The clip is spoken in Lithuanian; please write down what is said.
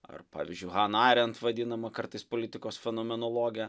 ar pavyzdžiui hana arent vadinama kartais politikos fenomenologe